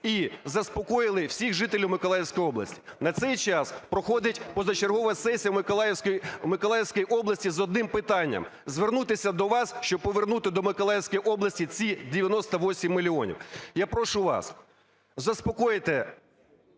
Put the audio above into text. і заспокоїли всіх жителів Миколаївської області. На цей час проходить позачергова сесія в Миколаївській області з одним питанням – звернутися до вас, щоб повернути до Миколаївської області ці 98 мільйонів. Я прошу вас, заспокойте…